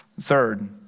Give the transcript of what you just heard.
Third